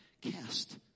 cast